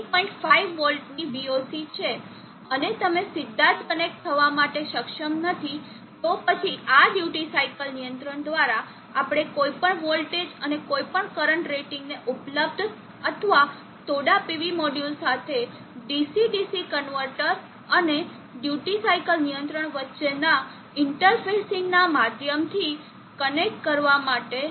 5 વોલ્ટની VOC છે અને તમે સીધા જ કનેક્ટ થવા માટે સક્ષમ નથી તો પછી આ ડ્યુટી સાઇકલ નિયંત્રણ દ્વારા આપણે કોઈપણ વોલ્ટેજ અને કોઈપણ કરંટ રેટિંગને ઉપલબ્ધ અથવા યોગ્ય PV મોડ્યુલ સાથે DC DC કન્વર્ટર અને ડ્યુટી સાઇકલ નિયંત્રણ વચ્ચેના ઇન્ટરફેસીંગના માધ્યમથી કનેક્ટ કરવા માટે સમર્થ હોવા જોઈએ